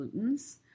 glutens